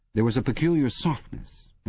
there was a peculiar softness,